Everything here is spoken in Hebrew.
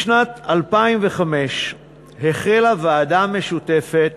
בשנת 2005 החלה ועדה משותפת